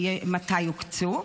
מתי יוקצו?